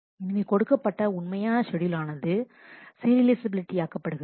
எனவே கொடுக்கப்பட்ட உண்மையான ஷெட்யூல் ஆனது சீரியலைஃசபிலிட்டி ஆக்கப்படுகிறது